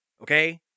Okay